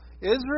Israel